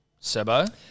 Sebo